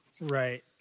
Right